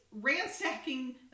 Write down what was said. ransacking